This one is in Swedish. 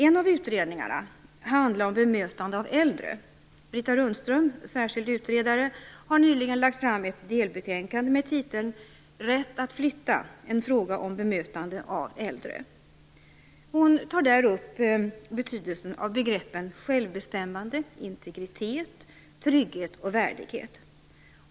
En av utredningarna handlar om bemötande av äldre. Britta Rundström, särskild utredare, har nyligen lagt fram ett delbetänkande med titeln Rätt att flytta - Hon tar där upp betydelsen av begreppen självbestämmande, integritet, trygghet och värdighet.